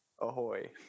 Ahoy